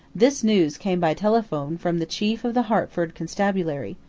this news came by telephone from the chief of the hertford constabulary,